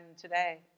today